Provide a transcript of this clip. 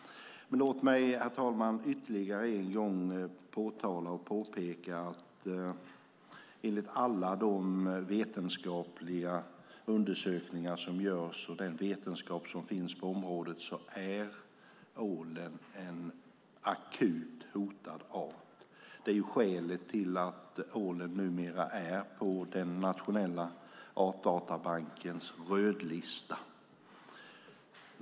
Låt mig, herr talman, ytterligare en gång påtala och påpeka att enligt alla de vetenskapliga undersökningar som görs och den vetenskap som finns på området är ålen en akut hotad art. Det är skälet till att ålen numera finns på den nationella Artdatabankens röda lista.